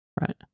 Right